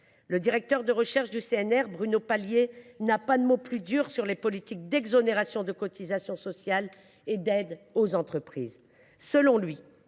Le directeur de recherche du CNRS, Bruno Palier, a des mots particulièrement durs sur les politiques d’exonération de cotisations sociales et d’aides aux entreprises. Selon lui,